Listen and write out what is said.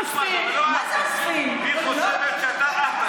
אחמד, אתה לא אהבל, היא חושבת שאתה אהבל.